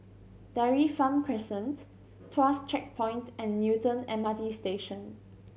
Dairy Farm Crescent Tuas Checkpoint and Newton M R T Station